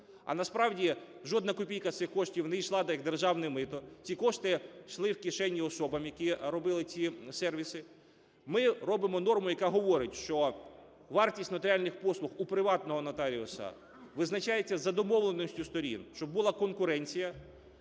а насправді жодна копійка з цих коштів не йшла як державне мито, ці кошти йшли в кишені особам, які робили ці сервіси. Ми робимо норму, яка говорить, що вартість нотаріальних послуг у приватного нотаріуса визначається за домовленістю сторін, щоб була конкуренція.